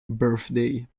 birthday